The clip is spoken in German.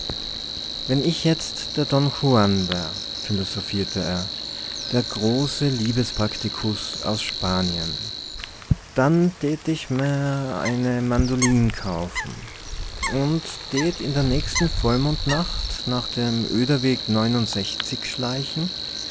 wenn ich jetzt der don juan wär philosophierte er der große liebespraktikus aus spanien dann tät ich merr eine mandolin kaufen und tät in der nächsten vollmondnacht nach dem öder weg schleichen